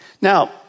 Now